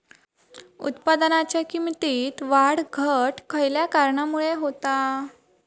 उत्पादनाच्या किमतीत वाढ घट खयल्या कारणामुळे होता?